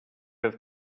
have